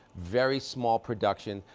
very small production.